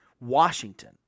Washington